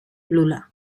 lula